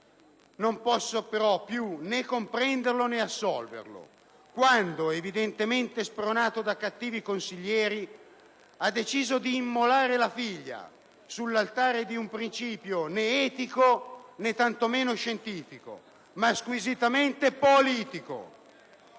non posso più però né comprendere né assolvere quando, evidentemente spronato da cattivi consiglieri, ha deciso di immolare la figlia sull'altare di un principio né etico né tanto meno scientifico, ma squisitamente politico.